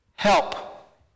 Help